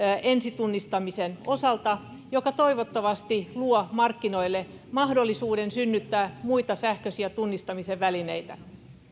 ensitunnistamisen osalta joka toivottavasti luo markkinoille mahdollisuuden synnyttää muita sähköisiä tunnistamisen välineitä